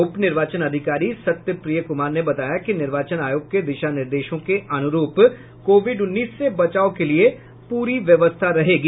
उप निर्वाचन अधिकारी सत्यप्रिय कुमार ने बताया कि निर्वाचन आयोग के दिशा निर्देशों के अनुरूप कोविड उन्नीस से बचाव के लिये पूरी व्यवस्था रहेगी